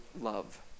love